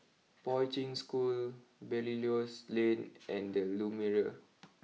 Poi Ching School Belilios Lane and Lumiere